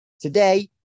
Today